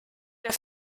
der